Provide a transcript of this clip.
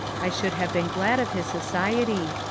i should have been glad of his society,